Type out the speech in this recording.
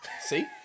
See